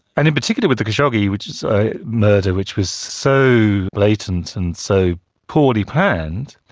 and in particular with the khashoggi which was a murder which was so blatant and so poorly planned,